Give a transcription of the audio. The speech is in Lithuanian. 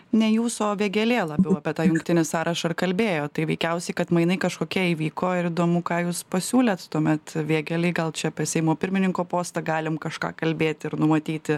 ne jūsų o vėgėlė labiau apie tą jungtinį sąrašą kalbėjo tai veikiausiai kad mainai kažkokie įvyko ir įdomu ką jūs pasiūlėt tuomet vėgėlei gal čia apie seimo pirmininko postą galim kažką kalbėti ir numatyti